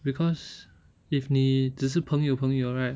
because if 你只是朋友朋友 right